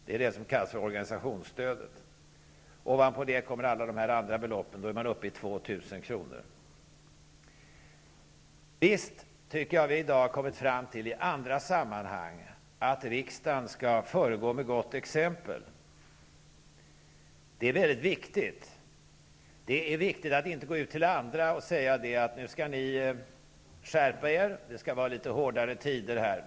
Det är det som kallas för organisationsstödet. Ovanpå det kommer alla de andra beloppen. Då är man uppe i 2 000 kr. Vi har i dag kommit fram till att riksdagen i andra sammanhang skall föregå med gott exempel. Det är viktigt. Det är viktigt att inte gå ut till andra och säga: Nu skall ni skärpa er. Det skall bli litet hårdare tider.